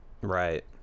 right